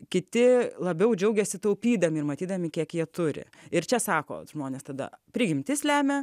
kiti labiau džiaugiasi taupydami ir matydami kiek jie turi ir čia sako žmonės tada prigimtis lemia